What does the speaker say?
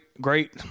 great